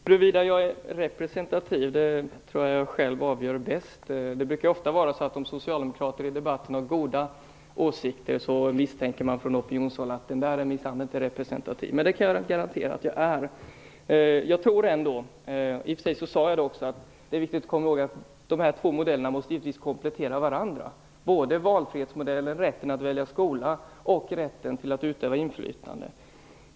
Fru talman! Huruvida jag är representativ tror jag att jag avgör bäst själv. Det är ofta så att om socialdemokrater har goda åsikter i en debatt misstänker man ifrån opinionshåll att "den där är minsann inte representativ". Men det kan jag garantera att jag är. Det är viktigt att komma i håg att modellerna givetvis måste komplettera varandra - valfrihetsmodellen, rätten att välja skola och rätten att utöva inflytande.